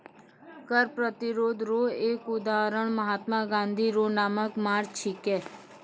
कर प्रतिरोध रो एक उदहारण महात्मा गाँधी रो नामक मार्च छिकै